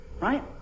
right